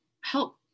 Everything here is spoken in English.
help